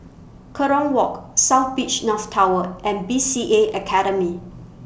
Kerong Walk South Beach North Tower and B C A Academy